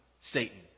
Satan